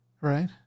Right